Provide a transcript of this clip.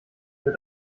wird